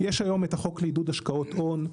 יש היום את החוק לעידוד השקעות הון,